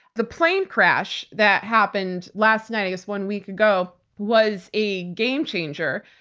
the plane crash that happened last night, i guess one week ago, was a game changer.